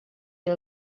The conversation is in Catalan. fer